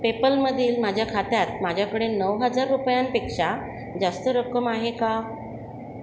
पेपलमधील माझ्या खात्यात माझ्याकडे नऊ हजार रुपयांपेक्षा जास्त रक्कम आहे का